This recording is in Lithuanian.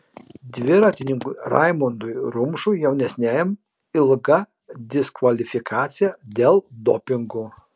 dviratininkui raimondui rumšui jaunesniajam ilga diskvalifikacija dėl dopingo